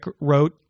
wrote